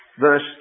verse